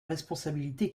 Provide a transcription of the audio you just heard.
responsabilité